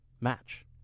match